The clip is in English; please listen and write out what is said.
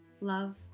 love